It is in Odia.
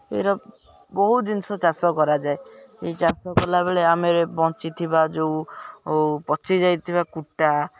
ଏଗୁଡ଼ା ବହୁତ ଜିନିଷ ଚାଷ କରାଯାଏ ଏହି ଚାଷ କଲାବେଳେ ଆମେ ବଞ୍ଚିଥିବା ଯେଉଁ ପଚିଯାଇଥିବା କୁଟା